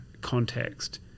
context